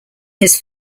his